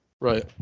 right